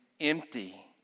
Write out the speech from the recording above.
empty